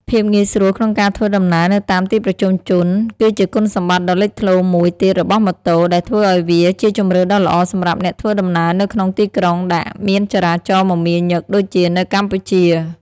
ភាពងាយស្រួលក្នុងការធ្វើដំណើរនៅតាមទីប្រជុំជន គឺជាគុណសម្បត្តិដ៏លេចធ្លោមួយទៀតរបស់ម៉ូតូ ដែលធ្វើឱ្យវាជាជម្រើសដ៏ល្អសម្រាប់អ្នកធ្វើដំណើរនៅក្នុងទីក្រុងដែលមានចរាចរណ៍មមាញឹកដូចជានៅកម្ពុជា។